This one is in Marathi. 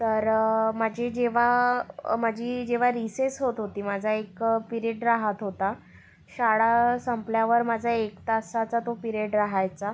तर माझी जेव्हा माझी जेव्हा रीसेस होत होती माझा एक पिरेड रहात होता शाळा संपल्यावर माझा एक तासाचा तो पिरेड रहायचा